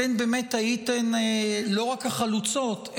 אתן באמת הייתן לא רק החלוצות,